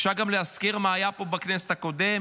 אפשר גם להזכיר מה היה פה בכנסת הקודמת,